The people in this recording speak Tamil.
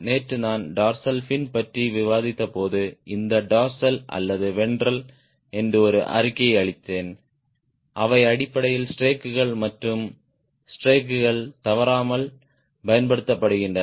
நேற்று நான் டார்சல் ஃபின் பற்றி விவாதித்தபோது இந்த டார்சல் அல்லது வென்ட்ரல் என்று ஒரு அறிக்கையை அளித்தேன் அவை அடிப்படையில் ஸ்ட்ரேக்குகள் மற்றும் ஸ்ட்ரேக்குகள் தவறாமல் பயன்படுத்தப்படுகின்றன